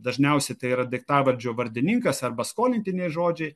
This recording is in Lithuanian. dažniausiai tai yra daiktavardžio vardininkas arba skolintiniai žodžiai